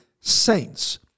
saints